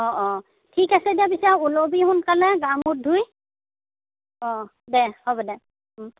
অ' অ' ঠিক আছে দে পিছে ওলাবি সোনকালে গা মূৰ ধুই অ' দে হ'ব দে